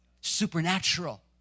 supernatural